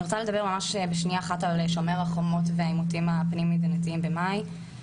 אני רוצה לדבר על "שומר החומות" והעימותים הפנים מדינתיים במאי.